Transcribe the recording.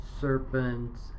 serpents